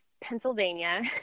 Pennsylvania